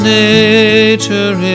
nature